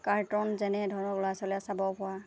carton যেনে ধৰক ল'ৰা ছোৱালীয়ে চাবপৰা